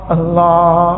Allah